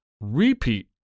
repeat